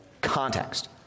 context